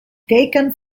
taken